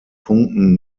punkten